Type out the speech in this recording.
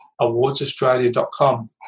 awardsaustralia.com